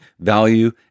value